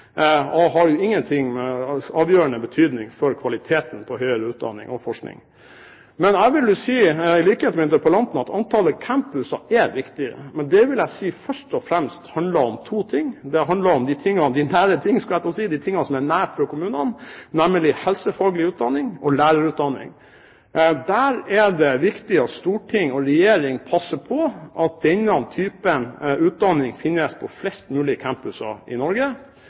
utdanning har ingen avgjørende betydning for kvaliteten på høyere utdanning og forskning. Men jeg vil jo i likhet med interpellanten si at antallet campuser er viktig. Det handler imidlertid først og fremst om to ting: Det handler om de nære ting, skulle jeg til å si, de tingene som er nært for kommunene, nemlig helsefaglig utdanning og lærerutdanning. Det er viktig at storting og regjering passer på at denne typen utdanning finnes på flest mulig campuser i Norge.